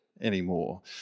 anymore